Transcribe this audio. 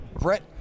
Brett